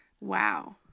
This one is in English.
Wow